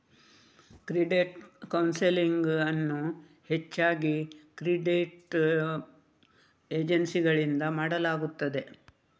credit counselling ಅನ್ನು ಹೆಚ್ಚಾಗಿ credit ಏಜೆನ್ಸಿಗಳಿಂದ ಮಾಡಲಾಗುತ್ತದೆ